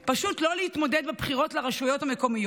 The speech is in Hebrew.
פשוט לא להתמודד בבחירות לרשויות המקומיות.